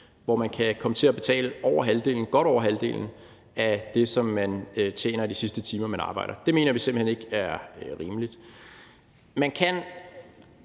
hvor man kan komme til at betale godt over halvdelen af det, som man tjener af de sidste timer, man arbejder. Det mener vi simpelt hen ikke er rimeligt.